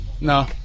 no